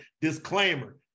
Disclaimer